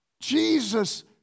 Jesus